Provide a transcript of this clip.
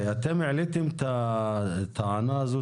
אתם העליתם את הטענה הזאת,